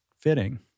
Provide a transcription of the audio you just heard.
fitting